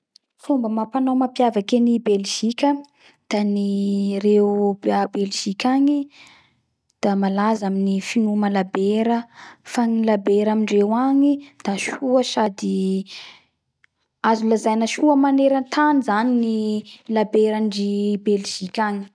Fomba amam-panao mampiavaky any Belgika da ny reo a Belgika agny i da malaza amin'ny finoma labera.fa ny labera amindreo agny da soa sady azo lazaina soa maneratany zany labera ndry Belgika agny.